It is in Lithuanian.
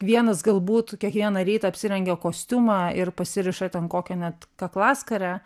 vienas galbūt kiekvieną rytą apsirengia kostiumą ir pasiriša ten kokią net kaklaskarę